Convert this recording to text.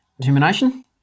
Determination